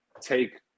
take